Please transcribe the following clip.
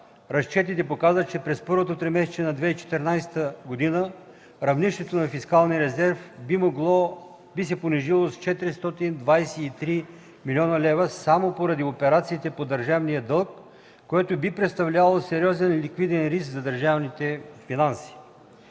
разчетите показват, че през първото тримесечие на 2014 г. равнището на фискалния резерв би се понижило с 423 млн. лв. само поради операциите по държавния дълг, което би представлявало сериозен ликвиден риск за държавните финанси.